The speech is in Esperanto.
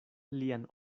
lian